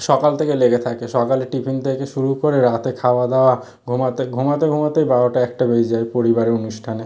সকাল থেকে লেগে থাকে সকালের টিফিন থেকে শুরু করে রাতে খাওয়া দাওয়া ঘুমাতে ঘুমাতে ঘুমাতে বারোটা একটা বেজে যায় পরিবারের অনুষ্ঠানে